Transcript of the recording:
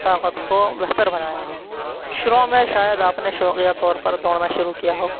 طاقت کو بہتر بنایا ہو شروع میں شاید آپ نے شوقیہ طور پر دوڑنا شروع کیا ہو